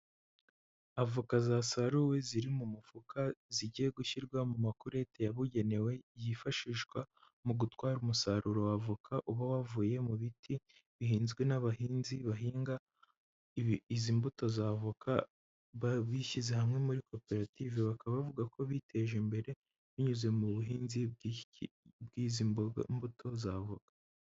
Avoka zasaruwe ziri mu mufuka zigiye gushyirwa mu makorete yabugenewe yifashishwa mu gutwara umusaruro wa avoka uba wavuye mu biti bihinzwe n'abahinzi bahinga izi mbuto za avoka, bishyize hamwe muri koperative bakaba bavuga ko biteje imbere binyuze mu buhinzi bw'izi mboga imbuto za voka.